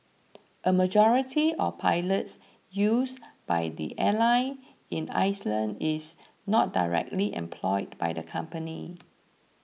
a majority of pilots used by the airline in island is not directly employed by the company